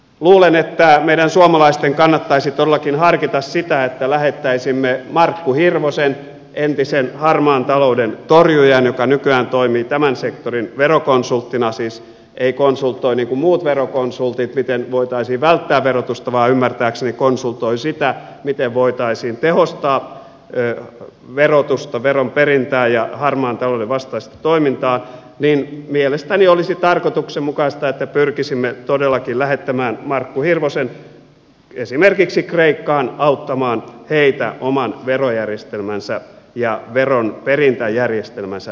luulen että meidän suomalaisten kannattaisi todellakin harkita sitä että lähettäisimme markku hirvosen entisen harmaan talouden torjujan joka nykyään toimii tämän sektorin verokonsulttina siis ei konsultoi niin kuin muut verokonsultit miten voitaisiin välttää verotusta vaan ymmärtääkseni konsultoi sitä miten voitaisiin tehostaa verotusta veron perintää ja harmaan talouden vastaista toimintaa mielestäni olisi tarkoituksenmukaista että pyrkisimme todellakin lähettämään markku hirvosen esimerkiksi kreikkaan auttamaan heitä oman verojärjestelmänsä ja veronperintäjärjestelmänsä tehostamisessa